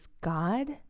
God